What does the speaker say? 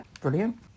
brilliant